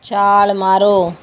ਛਾਲ ਮਾਰੋ